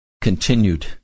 continued